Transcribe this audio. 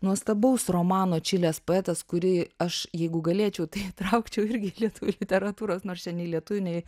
nuostabaus romano čilės poetas kurį aš jeigu galėčiau tai įtraukčiau irgi į lietuvių literatūros nors čia nei lietuvių nei